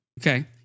Okay